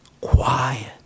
quiet